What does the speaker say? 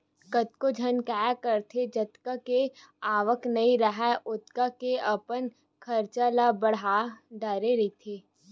कतको झन काय करथे जतका के आवक नइ राहय ओतका के अपन खरचा ल बड़हा डरे रहिथे